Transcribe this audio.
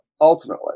ultimately